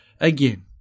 again